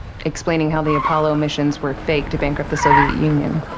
explaining how the apollo missions were faked to bankrupt the soviet union.